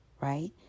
right